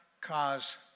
cause